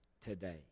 today